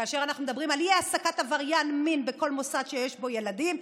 כאשר אנחנו מדברים על אי-העסקת עבריין מין בכל מוסד שיש בו ילדים,